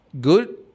Good